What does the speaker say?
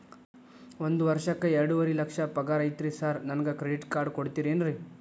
ಒಂದ್ ವರ್ಷಕ್ಕ ಎರಡುವರಿ ಲಕ್ಷ ಪಗಾರ ಐತ್ರಿ ಸಾರ್ ನನ್ಗ ಕ್ರೆಡಿಟ್ ಕಾರ್ಡ್ ಕೊಡ್ತೇರೆನ್ರಿ?